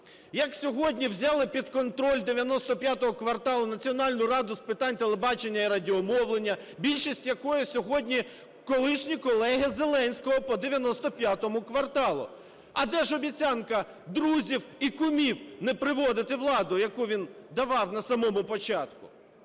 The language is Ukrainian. як сьогодні взяли під контроль "95 кварталу" Національну раду з питань телебачення і радіомовлення, більшість якої сьогодні - колишні колеги Зеленського по "95 кварталу". А де ж обіцянка друзів і кумів не приводити у владу, яку він давав на самому початку?